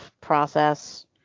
process